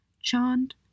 chant